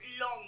long